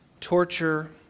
torture